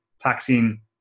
taxing